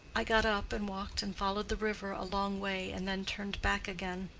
i got up and walked and followed the river a long way and then turned back again.